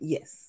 Yes